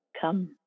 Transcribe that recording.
come